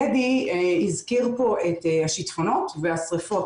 גדי הזכיר פה את השיטפונות והשריפות,